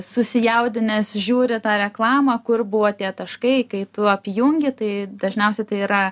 susijaudinęs žiūri tą reklamą kur buvo tie taškai kai tu apjungi tai dažniausia tai yra